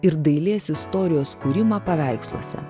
ir dailės istorijos kūrimą paveiksluose